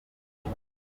ibyo